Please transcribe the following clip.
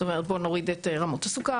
זאת אומרת בוא נוריד את רמות הסוכר,